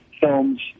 Films